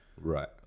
right